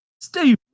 Steve